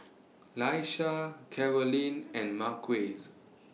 Laisha Carolyne and Marquez